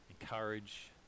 encourage